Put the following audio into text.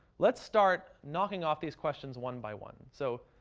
let's start knocking off these questions one by one. so,